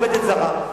לעובדת זרה,